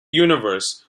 universe